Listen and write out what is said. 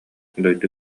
дойду